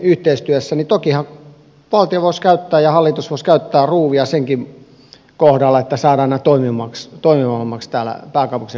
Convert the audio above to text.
tokihan valtio voisi käyttää ja hallitus voisi käyttää ruuvia senkin kohdalla että saadaan nämä toimivammaksi täällä pääkaupunkiseudun alueella